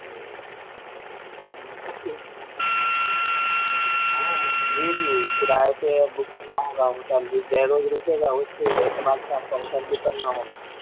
ہوں ہوں آپ کے ہاں جی جی صبح ایک بک کرنا ہوگا ہوٹل جئے روز رکیے گا اس اعتبار سے آپ کو ہوٹل بک کرنا ہوگا